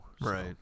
right